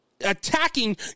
attacking